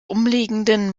umliegenden